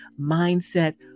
Mindset